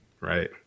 Right